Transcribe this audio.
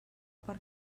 per